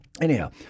Anyhow